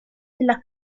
della